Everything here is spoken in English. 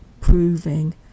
proving